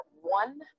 one